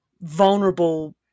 vulnerable